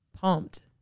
pumped